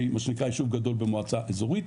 מה שנקרא ישוב גדול במועצה אזורית.